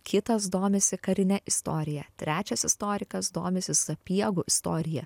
kitas domisi karine istorija trečias istorikas domisi sapiegų istorija